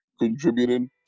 contributing